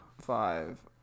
five